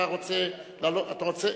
אתה רוצה לעלות?